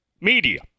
media